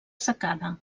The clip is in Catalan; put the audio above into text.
secada